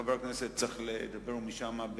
וחבר הכנסת צריך לדבר משם,